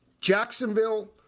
Jacksonville